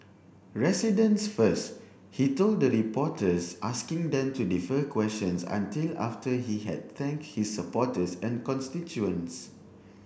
residents first he told the reporters asking them to defer questions until after he had thanked his supporters and constituents